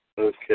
Okay